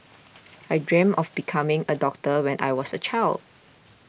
I dreamt of becoming a doctor when I was a child